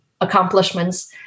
accomplishments